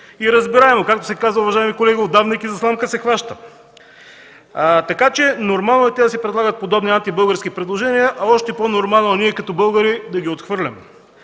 и разбираемо. Както се казва, уважаеми колеги, удавник и за сламка се хваща. Нормално е те да правят подобни антибългарски предложения, а още по-нормално е ние като българи да ги отхвърляме.